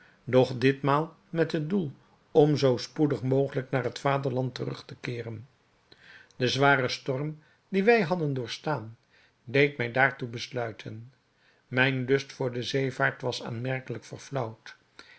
doch dit maal met het doel om zoo spoedig mogelijk naar het vaderland terug te keeren de zware storm dien wij hadden doorgestaan deed mij daartoe besluiten mijn lust voor de zeevaart was aanmerkelijk verflaauwd